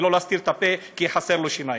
ולא להסתיר את הפה כי חסרות לו שיניים.